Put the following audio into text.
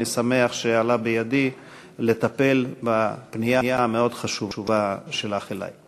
אני שמח שעלה בידי לטפל בפנייה המאוד-חשובה שלך אלי.